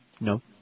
No